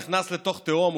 הוא נכנס לתוך תהום,